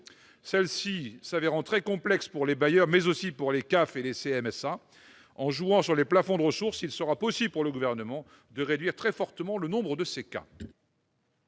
celle-ci s'avérant très complexe pour les bailleurs, mais aussi pour les CAF et les CMSA. En jouant sur les plafonds de ressources, il sera possible pour le Gouvernement de réduire très fortement le nombre de ces cas.